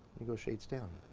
you go shades down.